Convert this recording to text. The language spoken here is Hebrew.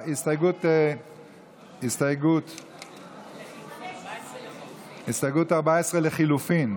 הסתייגות 14 לחלופין.